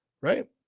Right